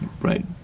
Right